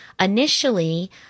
initially